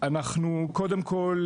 קודם כול,